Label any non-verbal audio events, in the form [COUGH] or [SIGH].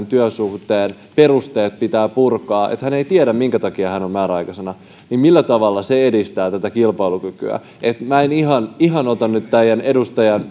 [UNINTELLIGIBLE] työsuhteen perusteet pitää purkaa niin että hän ei tiedä minkä takia hän on määräaikaisena millä tavalla se edistää kilpailukykyä minä en ihan ihan ota nyt näistä edustajan [UNINTELLIGIBLE]